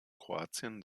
kroatien